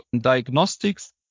diagnostics